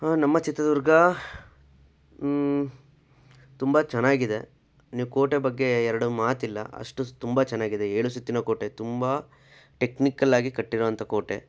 ಹಾಂ ನಮ್ಮ ಚಿತ್ರದುರ್ಗ ತುಂಬ ಚೆನ್ನಾಗಿದೆ ನೀವು ಕೋಟೆ ಬಗ್ಗೆ ಎರಡು ಮಾತಿಲ್ಲ ಅಷ್ಟು ತುಂಬ ಚೆನ್ನಾಗಿದೆ ಏಳು ಸುತ್ತಿನ ಕೋಟೆ ತುಂಬ ಟೆಕ್ನಿಕಲ್ ಆಗಿ ಕಟ್ಟಿರುವಂಥ ಕೋಟೆ